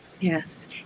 Yes